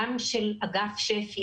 גם של אגף שפ"י,